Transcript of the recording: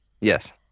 Yes